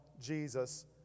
Jesus